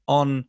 on